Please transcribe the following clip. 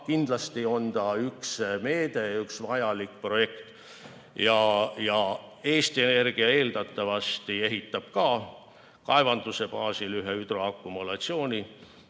kindlasti on see üks meede ja üks vajalik projekt. Eesti Energia eeldatavasti ehitab ka kaevanduse baasil ühe hüdroakumulatsioonijaama.